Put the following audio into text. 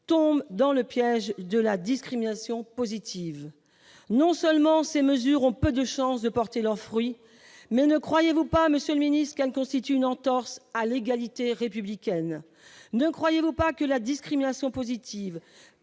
tombent dans le piège de la discrimination positive, non seulement, ces mesures ont peu de chances de porter leurs fruits mais ne croyez-vous pas, Monsieur le Ministre, Cannes constitue une entorse à l'égalité républicaine, ne croyez-vous pas que la discrimination positive